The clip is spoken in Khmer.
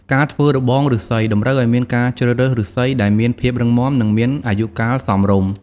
ការធ្វើរបងឬស្សីតម្រូវឱ្យមានការជ្រើសរើសឬស្សីដែលមានភាពរឹងមាំ និងមានអាយុកាលសមរម្យ។